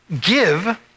give